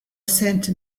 sent